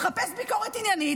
תחפש ביקורת עניינית,